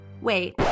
Wait